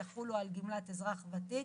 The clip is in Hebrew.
יחולו על גמלת אזרח ותיק,